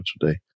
today